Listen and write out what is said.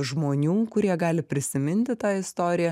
žmonių kurie gali prisiminti tą istoriją